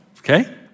Okay